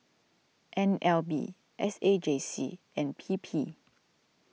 N L B S A J C and P P